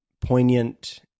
poignant